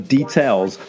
Details